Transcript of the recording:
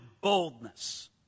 boldness